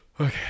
Okay